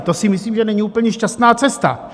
To si myslím, že není úplně šťastná cesta.